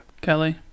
Kelly